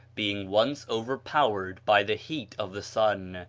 being once overpowered by the heat of the sun,